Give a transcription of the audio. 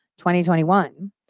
2021